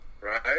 right